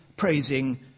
praising